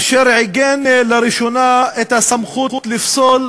אשר עיגן לראשונה את הסמכות לפסול